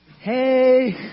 Hey